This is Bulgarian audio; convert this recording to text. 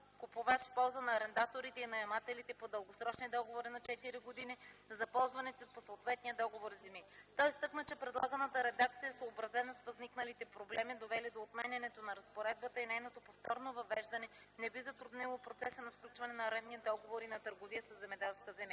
купувач в полза на арендаторите и наемателите по дългосрочни договори над 4 години, за ползваните по съответния договор земи. Той изтъкна, че предлаганата редакция е съобразена с възникналите проблеми, довели до отменянето на разпоредбата и нейното повторно въвеждане не би затруднило процеса на сключване на арендни договори и на търговия със земеделска земя.